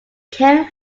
ken